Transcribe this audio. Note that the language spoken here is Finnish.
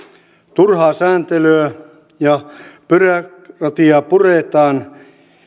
turhaa sääntelyä ja byrokratiaa puretaan